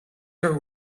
her